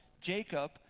Jacob